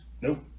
Nope